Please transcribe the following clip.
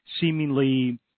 seemingly